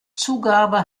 zugabe